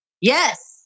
yes